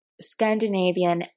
Scandinavian